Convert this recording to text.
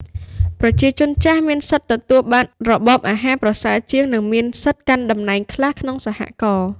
ប្រជាជនចាស់មានសិទ្ធិទទួលបានរបបអាហារប្រសើរជាង និងមានសិទ្ធិកាន់តំណែងខ្លះក្នុងសហករណ៍។